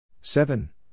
seven